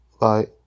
bye